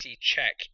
check